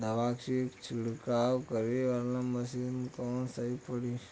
दवा के छिड़काव करे वाला मशीन कवन सही पड़ी?